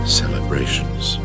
celebrations